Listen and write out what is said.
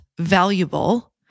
valuable